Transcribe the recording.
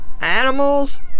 Animals